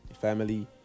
family